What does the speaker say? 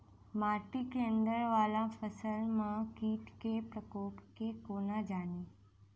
माटि केँ अंदर वला फसल मे कीट केँ प्रकोप केँ कोना जानि?